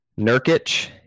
Nurkic